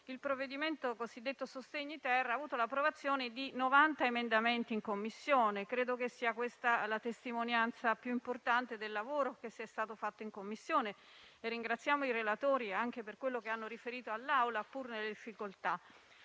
il provvedimento cosiddetto sostegni-*ter* abbia visto l'approvazione di 90 emendamenti in Commissione. Credo sia questa la testimonianza più importante del lavoro che è stato fatto in Commissione. Ringraziamo i relatori anche per quello che hanno riferito all'Assemblea, pur nelle difficoltà.